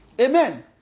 Amen